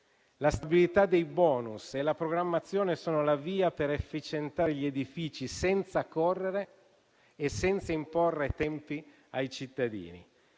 La stabilità dei *bonus* e la programmazione sono la via per efficientare gli edifici senza correre e senza imporre tempi ai cittadini.